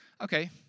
okay